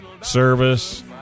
service